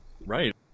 Right